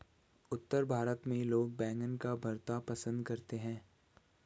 उत्तर भारत में लोग बैंगन का भरता पंसद करते हैं